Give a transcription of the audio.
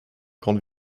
grande